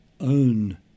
own